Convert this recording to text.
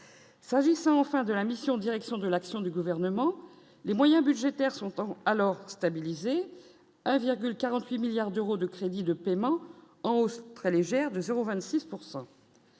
s'agissant enfin de l'ami. C'est en direction de l'action du gouvernement les moyens budgétaires son temps alors stabiliser 1,48 milliard d'euros de crédits de paiement en hausse très légère de 0 26